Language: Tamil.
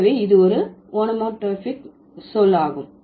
எனவே இது ஒரு ஓனோமடோபாயிக் சொல் ஆகும்